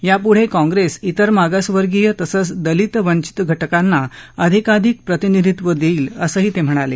यापुढे काँग्रेस विर मागासवर्गीय तसंच दलित वंचित घटकांना अधिकाधिक प्रतिनिधित्व देईल असंही ते म्हणाले